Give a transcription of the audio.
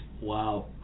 Wow